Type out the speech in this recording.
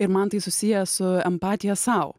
ir man tai susiję su empatija sau